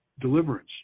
deliverance